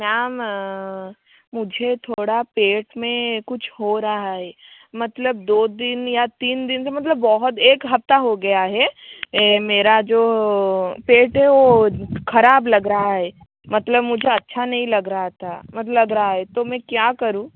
ma'am मुझे थोड़ा पेट में कुछ हो रहा है मतलब दो दिन या तीन दिन से मतलब बहुत एक हफ़्ता हो गया है मेरा जो पेट है वो ख़राब लग रहा है मतलब मुझे अच्छा नहीं लग रहा था लग रहा है तो में क्या करूँ